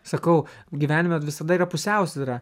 sakau gyvenime visada yra pusiausvyra